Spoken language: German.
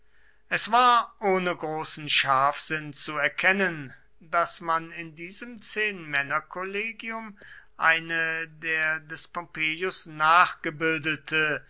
es war ohne großen scharfsinn zu erkennen daß man in diesem zehnmännerkollegium eine der des pompeius nachgebildete